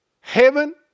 heaven